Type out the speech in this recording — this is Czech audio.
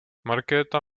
markéta